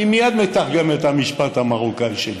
אני מייד מתרגם את המשפט המרוקני שלי.